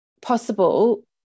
possible